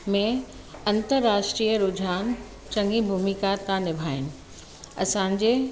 में अंतरराष्ट्रिय रुझान चङी भुमिका था निभाइनि असांजे